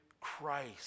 Christ